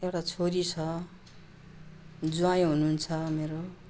एउटा छोरी छ जुवाइँ हुनुहुन्छ मेरो